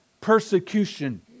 persecution